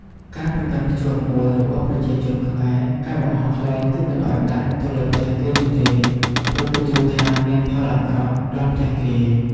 ការប្រកាន់ភ្ជាប់មួយរបស់ប្រជាជនខ្មែរការបង្ហោះខ្លែងគឺមិនអោយដាច់ទៅលើផ្ទះគេនោះទេព្រោះគេជឿថាមានផលអាក្រក់ដល់ផ្ទះគេ។